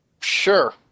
sure